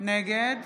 נגד